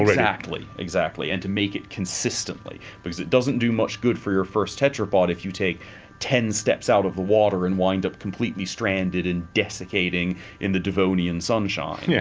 exactly, exactly, and to make it consistently, because it doesn't do much good for your first tetrapod if you take ten steps out of the water and wind up completely stranded and desiccating in the devonian sunshine. yeah